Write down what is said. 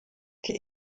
die